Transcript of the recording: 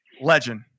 legend